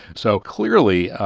so clearly,